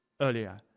earlier